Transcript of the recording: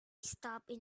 stopped